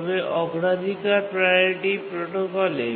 তবে অগ্রাধিকার প্রাওরিটি প্রোটোকলে